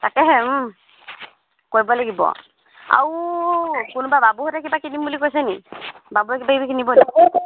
তাকেহে কৰিব লাগিব আৰু কোনোবা বাবুহঁতে কিবা কিনিম বুলি কৈছেনি বাবুয়ে কিবা কিবি কিনিবনি